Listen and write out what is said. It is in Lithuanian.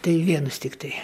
tai vienus tiktai